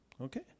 Okay